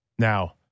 Now